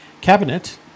cabinet